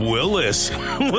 Willis